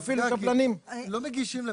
ואפילו קבלנים --- הוא נפגע כי לא מגישים,